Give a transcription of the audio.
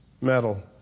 metal